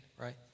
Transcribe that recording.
right